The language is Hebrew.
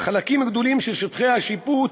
בחלקים גדולים של שטחי השיפוט